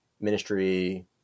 ministry